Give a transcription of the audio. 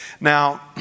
Now